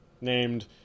named